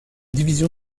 division